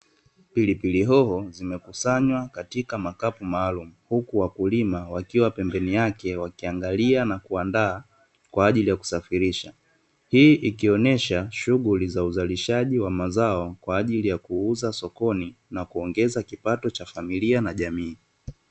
Pilipili hoho zimekusanywa katika makapu maalumu huku wakulima wakiwa pembeni yake wakiangalia na kuandaa kwa ajili ya kusafirisha, hii ikionyesha shughuli za uzalishaji wa mazao kwa ajili ya kuuza sokoni na kuongeza kipato cha familia na jamii.